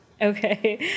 Okay